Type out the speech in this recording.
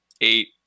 eight